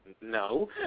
no